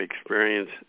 experience